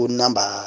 number